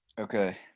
okay